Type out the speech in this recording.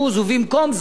ובמקום זאת,